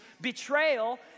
Betrayal